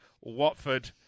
watford